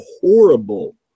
horrible